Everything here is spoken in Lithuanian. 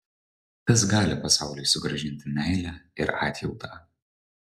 kas gali pasauliui sugrąžinti meilę ir atjautą